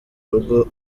rugo